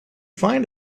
find